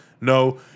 No